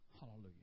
Hallelujah